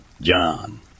John